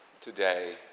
today